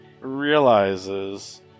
realizes